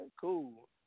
cool